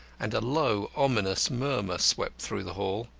and a low ominous murmur swept through the hall.